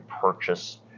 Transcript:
purchase